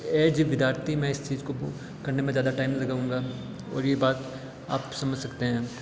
as a विद्यार्थी मैं इस चीज को करने में ज़्यादा टाइम नहीं लगाऊँगा और ये बात आप समझ सकते हैं